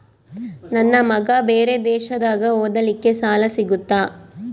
ನನ್ನ ಮಗ ಬೇರೆ ದೇಶದಾಗ ಓದಲಿಕ್ಕೆ ಸಾಲ ಸಿಗುತ್ತಾ?